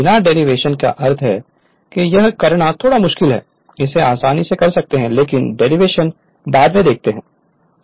बिना डेरिवेशन का अर्थ है कि यह करना थोड़ा मुश्किल है इसे आसानी से कर सकते हैं लेकिन डेरिवेशन बाद में देखते है